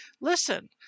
Listen